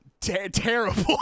terrible